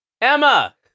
Emma